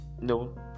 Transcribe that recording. No